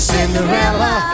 Cinderella